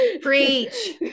Preach